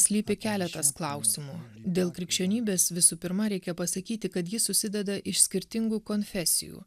slypi keletas klausimų dėl krikščionybės visų pirma reikia pasakyti kad ji susideda iš skirtingų konfesijų